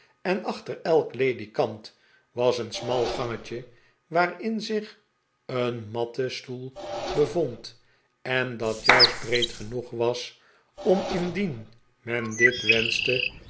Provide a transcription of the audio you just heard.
en achter elk ledikant was een smal gangetje waarin zich een matten stoel bevond en dat juist breed genoeg was om indien men dit wenschte